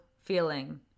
feeling